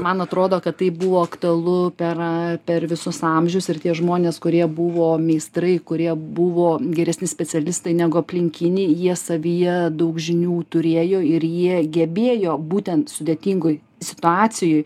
man atrodo kad tai buvo aktualu per a per visus amžius ir tie žmonės kurie buvo meistrai kurie buvo geresni specialistai negu aplinkiniai jie savyje daug žinių turėjo ir jie gebėjo būtent sudėtingoj situacijoj